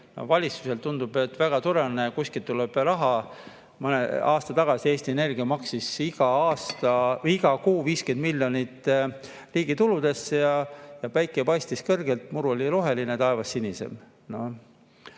Valitsusele tundub, et väga tore on, et kuskilt tuleb raha. Mõni aasta tagasi Eesti Energia maksis iga kuu 50 miljonit riigi tuludesse ja päike paistis kõrgelt, muru oli roheline, taevas sinisem.